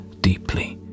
deeply